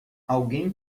alguém